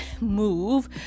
move